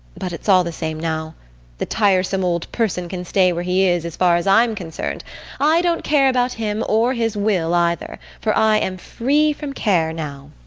but it's all the same now the tiresome old person can stay where he is, as far as i am concerned i don't care about him or his will either, for i am free from care now.